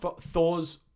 Thor's